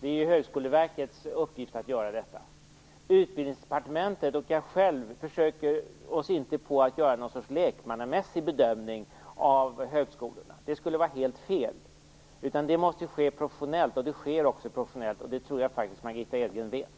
Det är Högskoleverkets uppgift att göra dessa. Utbildningsdepartementet och jag själv försöker inte göra något slags lekmannamässig bedömning av högskolorna. Det skulle vara helt fel. Det måste ske professionellt, och det gör det också. Det tror jag att Margitta Edgren vet.